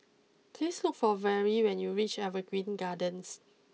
please look for Verle when you reach Evergreen Gardens